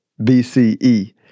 BCE